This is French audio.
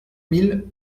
mille